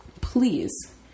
please